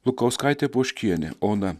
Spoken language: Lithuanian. lukauskaitė poškienė ona